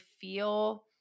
feel